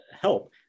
help